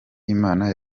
imana